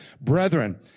Brethren